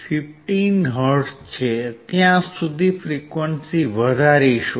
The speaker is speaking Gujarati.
15 હર્ટ્ઝ છે ત્યાં સુધી ફ્રીક્વંસી વધારીશું